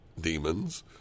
demons